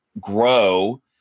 grow